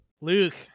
Luke